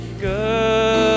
good